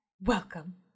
welcome